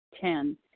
Ten